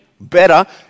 better